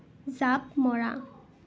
জাঁপ মৰা